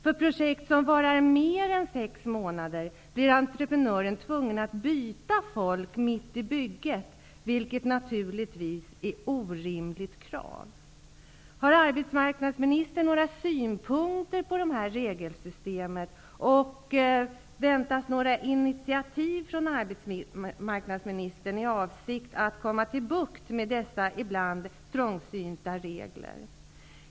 För projekt som varar mer än sex månader blir entreprenören tvungen att byta folk mitt i bygget, vilket naturligtvis är ett orimligt krav. Har arbetsmarknadsministern några synpunkter på det här regelsystemet? Väntas några initiativ från arbetsmarknadsministern i avsikt att få bukt med dessa ibland trångsynta regler?